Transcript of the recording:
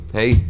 hey